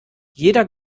jeder